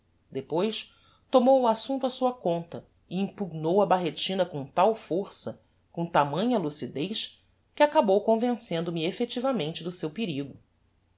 depois tomou o assumpto á sua conta e impugnou a barretina com tal força com tamanha lucidez que acabou convencendo me effectivamente do seu perigo